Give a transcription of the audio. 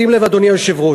שים לב, אדוני היושב-ראש,